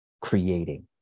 creating